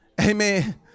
Amen